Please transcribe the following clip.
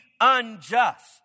unjust